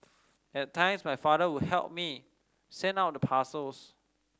at times my father would help me send out the parcels